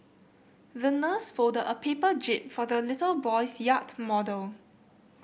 the nurse folded a paper jib for the little boy's yacht model